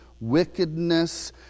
wickedness